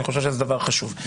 חושב שזה דבר חשוב.